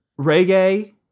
Reggae